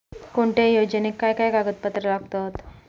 कोणत्याही योजनेक काय काय कागदपत्र लागतत?